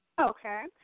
Okay